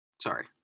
Sorry